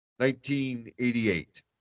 1988